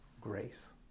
grace